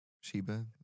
Sheba